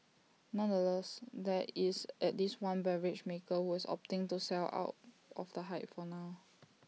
nonetheless there is at least one beverage maker who is opting to sell out of the hype for now